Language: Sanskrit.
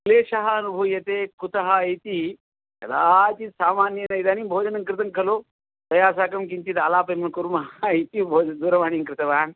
क्लेशः अनुभूयते कुतः इति कदाचित् सामान्येन इदानीं भोजनं कृतं खलु तया साकं किञ्चित् आलापं कुर्मः इति दूरवाणीं कृतवान्